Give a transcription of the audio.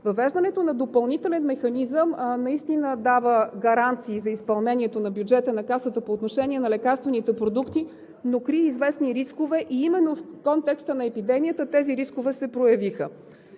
Въвеждането на допълнителен механизъм наистина дава гаранции за изпълнението на бюджета на Касата по отношение на лекарствените продукти, но крие известни рискове и именно в контекста на епидемията тези рискове се проявиха.